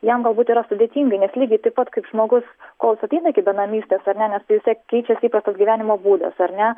jam galbūt yra sudėtinga nes lygiai taip pat kaip žmogus kol jis ateina iki benamystės ar ne nes tai vis tiek keičiasi įprastas gyvenimo būdas ar ne